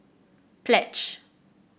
pledge